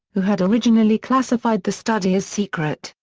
who had originally classified the study as secret,